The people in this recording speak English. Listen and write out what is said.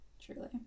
Truly